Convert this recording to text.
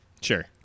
sure